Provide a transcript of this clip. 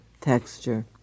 texture